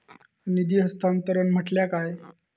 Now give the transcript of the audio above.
निधी हस्तांतरण म्हटल्या काय?